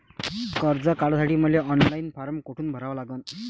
कर्ज काढासाठी मले ऑनलाईन फारम कोठून भरावा लागन?